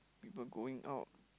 people going out